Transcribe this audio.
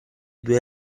due